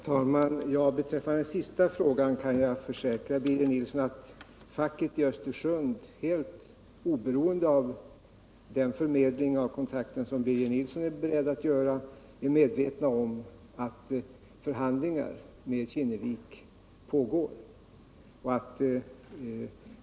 Herr talman! Beträffande den sist framställda frågan kan jag försäkra Birger Nilsson att man inom facket i Östersund, helt oberoende av den förmedling av kontakter som Birger Nilsson är beredd att göra, är medveten om att förhandlingar med Kinnevikskoncernen pågår.